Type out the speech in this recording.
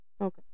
Okay